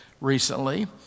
recently